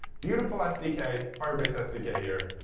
beautiful sdk firebase sdk here,